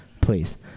Please